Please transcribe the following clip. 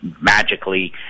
magically